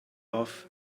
off